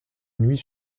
nuit